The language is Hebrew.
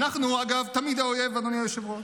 אגב, אנחנו תמיד האויב, אדוני היושב-ראש.